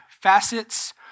facets